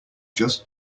just